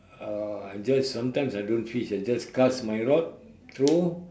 uh I just sometime I don't fish I just cast my rod throw